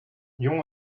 jung